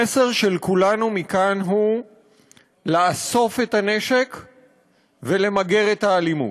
המסר של כולנו מכאן הוא לאסוף את הנשק ולמגר את האלימות.